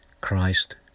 Christ